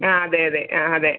ആ അതെ അതെ ആ അതെ